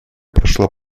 прошла